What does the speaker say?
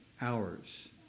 hours